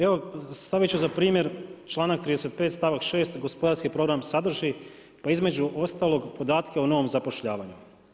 Evo stavit ću za primjer članak 36. stavak 6. gospodarski program sadrži, pa između ostalog podatke o novom zapošljavanju.